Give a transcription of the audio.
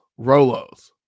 Rolos